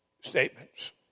statements